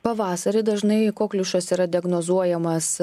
pavasarį dažnai kokliušas yra diagnozuojamas